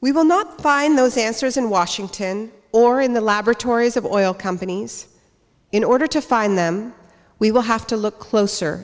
we will not find those answers in washington or in the laboratories of oil companies in order to find them we will have to look closer